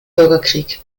bürgerkrieg